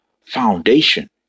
foundation